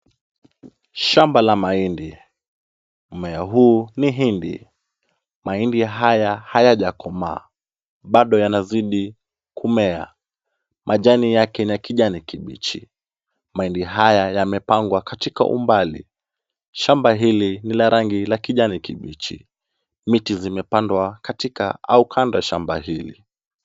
Shamba la mahindi. Mmea huu ni hindi. Mahindi haya hayajakomaa, bado yanazidi kumea. Majani yake ni ya kijani kibichi. Mahindi haya yamepangwa katika umbali. Shamba hili ni la kijani kibichi. Miti zimepandwa katika au kando ya shamba hili.